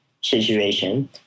situation